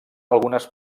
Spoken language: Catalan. algunes